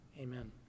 amen